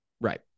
Right